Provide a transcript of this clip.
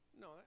No